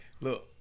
Look